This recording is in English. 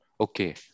okay